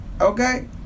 Okay